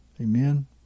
Amen